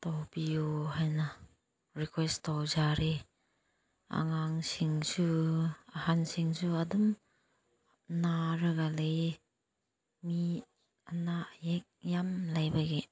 ꯇꯧꯕꯤꯌꯣ ꯍꯥꯏꯅ ꯔꯤꯀ꯭ꯋꯦꯁ ꯇꯧꯖꯔꯤ ꯑꯉꯥꯡꯁꯤꯡꯁꯨ ꯑꯍꯟꯁꯤꯡꯁꯨ ꯑꯗꯨꯝ ꯅꯥꯔꯒ ꯂꯩꯌꯦ ꯃꯤ ꯑꯅꯥ ꯑꯌꯦꯛ ꯌꯥꯝ ꯂꯩꯕꯒꯤ